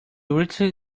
ritzy